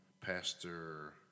Pastor